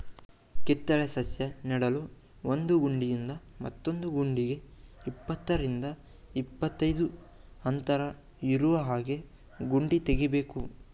ಕಿತ್ತಳೆ ಸಸ್ಯ ನೆಡಲು ಒಂದು ಗುಂಡಿಯಿಂದ ಮತ್ತೊಂದು ಗುಂಡಿಗೆ ಇಪ್ಪತ್ತರಿಂದ ಇಪ್ಪತ್ತೈದು ಅಂತರ ಇರೋಹಾಗೆ ಗುಂಡಿ ತೆಗಿಬೇಕು